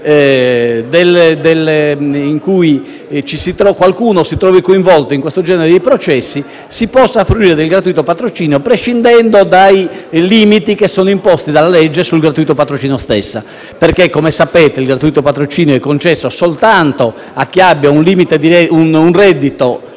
quando qualcuno si trovi coinvolto in questo genere di processi, possa fruire del gratuito patrocinio, prescindendo dai limiti imposti dalla legge sul gratuito patrocinio stesso. Come sapete, infatti, il gratuito patrocinio è concesso soltanto a chi abbia un reddito